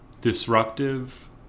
disruptive